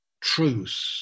truth